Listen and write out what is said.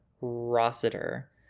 Rossiter